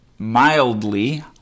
mildly